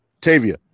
Tavia